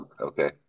Okay